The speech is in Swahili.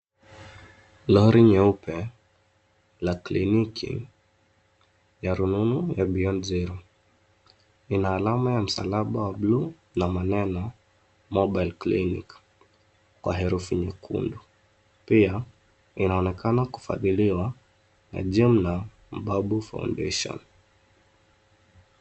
Lori nyeupe la kliniki ya rununu ya Beyond Zero. Ina alama ya msalaba wa bluu na maneno mobile clinic kwa herufi nyekundu. Pia inaonekana kufadhiliwa na Jimna Mbabu Foundation.